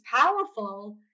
powerful